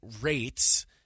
rates